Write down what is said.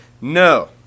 No